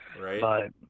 right